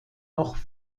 noch